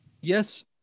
Yes